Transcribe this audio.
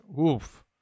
oof